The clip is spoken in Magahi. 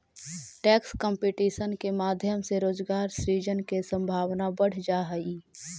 टैक्स कंपटीशन के माध्यम से रोजगार सृजन के संभावना बढ़ जा हई